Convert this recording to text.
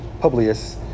Publius